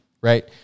Right